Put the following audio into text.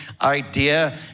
idea